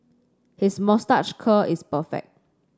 his moustache curl is perfect